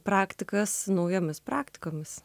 praktikas naujomis praktikomis